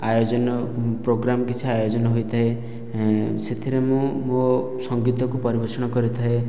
ଆୟୋଜନ ପ୍ରୋଗ୍ରାମ କିଛି ଆୟୋଜନ ହେଇଥାଏ ସେଥିରେ ମୁଁ ମୋ ସଙ୍ଗୀତକୁ ପରିବେଷଣ କରିଥାଏ